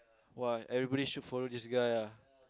!wah! everybody should follow this guy ah